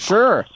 Sure